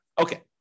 Okay